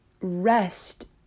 rest